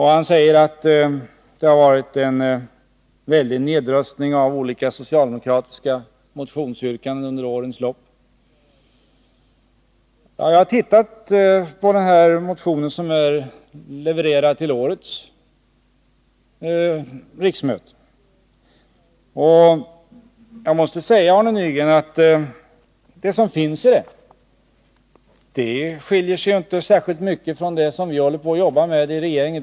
Han säger att en mängd socialdemokratiska motionsyrkanden under årens lopp har röstats ned. Jag har tittat på den motion som väckts vid årets riksmöte, och jag måste säga att den inte innehåller mycket som vi inte håller på att jobba med i regeringen.